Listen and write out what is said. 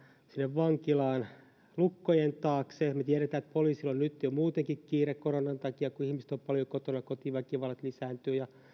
vankilaan lukkojen taakse me tiedämme että poliisilla on nyt jo muutenkin kiire koronan takia kun ihmiset ovat paljon kotona kotiväkivalta lisääntyy ja